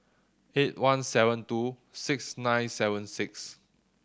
eight one seven two six nine seven six